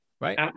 Right